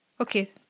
okay